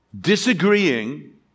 Disagreeing